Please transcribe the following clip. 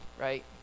right